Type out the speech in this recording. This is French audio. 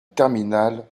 terminal